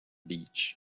beach